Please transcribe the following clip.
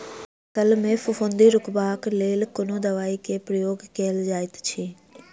फसल मे फफूंदी रुकबाक लेल कुन दवाई केँ प्रयोग कैल जाइत अछि?